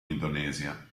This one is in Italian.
indonesia